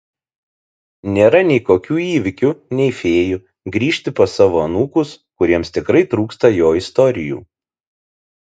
nėra nei kokių įvykių nei fėjų grįžti pas savo anūkus kuriems tikrai trūksta jo istorijų